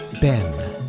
Ben